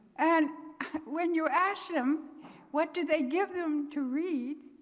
and when you ask them what did they give them to read,